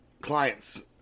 clients